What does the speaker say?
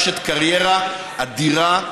אשת קריירה אדירה,